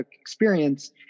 experience